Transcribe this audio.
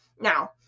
Now